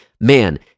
man